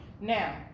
Now